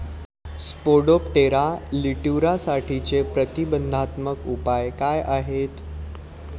Spodoptera लिट्युरासाठीचे प्रतिबंधात्मक उपाय काय आहेत?